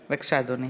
בבקשה, אדוני.